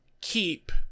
keep